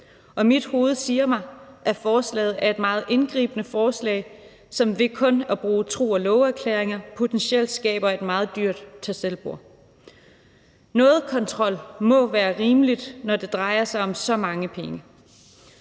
og mit hoved siger mig, at forslaget er et meget indgribende forslag, som ved kun at bruge tro og love-erklæringer potentielt skaber et meget dyrt tag selv-bord. Noget kontrol må være rimeligt, når det drejer sig om så mange penge.